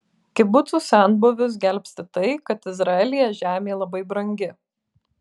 kibucų senbuvius gelbsti tai kad izraelyje žemė labai brangi